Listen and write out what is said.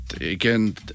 again